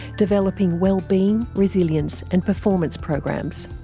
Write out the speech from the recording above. developing well-being, resilience and performance programs.